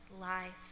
life